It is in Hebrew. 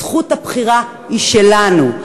זכות הבחירה היא שלנו.